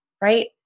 right